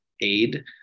aid